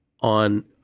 on